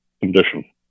condition